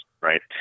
right